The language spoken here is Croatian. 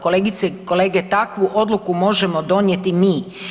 Kolegice i kolege, takvu odluku možemo donijeti mi.